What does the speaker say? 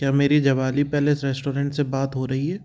क्या मेरी जबली पैलेस रेस्टोरेंट से बात हो रही है